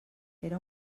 era